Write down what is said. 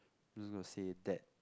I'm just gonna say that